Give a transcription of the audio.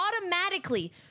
automatically